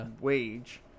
wage